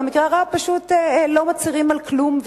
ובמקרה הרע הם פשוט לא מצהירים על כלום,